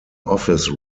office